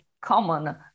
common